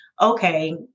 okay